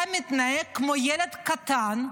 אתה כמו ילד קטן,